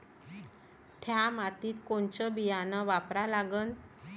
थ्या मातीत कोनचं बियानं वापरा लागन?